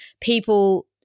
people